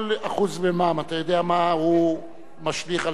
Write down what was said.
אתה יודע מה הוא משליך על הכנסת המדינה?